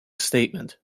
statement